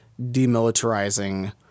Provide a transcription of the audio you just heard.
demilitarizing